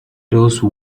those